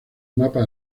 mapa